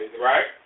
right